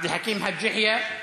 עבד אל חכים חאג' יחיא,